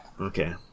Okay